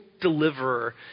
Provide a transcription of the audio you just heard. Deliverer